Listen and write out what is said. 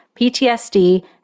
PTSD